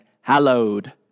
hallowed